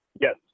Yes